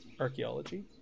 archaeology